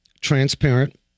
transparent